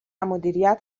مدیریت